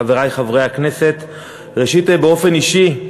חברי חברי הכנסת, ראשית, באופן אישי,